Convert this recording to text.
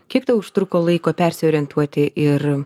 kiek užtruko laiko persiorientuoti ir